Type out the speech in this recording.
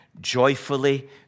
joyfully